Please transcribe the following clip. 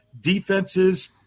defenses